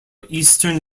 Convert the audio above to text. eastern